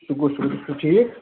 شُکُر شُکُر ژٕ چھُکا ٹھیٖک